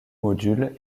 module